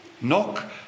Knock